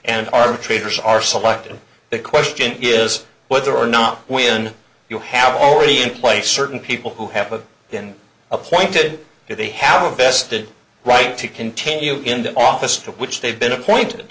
and armed traders are selected the question is whether or not when you have already in place certain people who have been appointed they have a vested right to continue into office to which they've been appointed